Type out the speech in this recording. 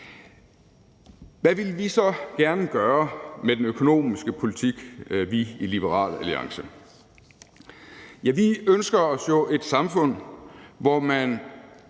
Hvad vil vi så gerne gøre med den økonomiske politik i Liberal Alliance? Vi ønsker os jo et samfund, hvor man